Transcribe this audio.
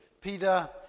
Peter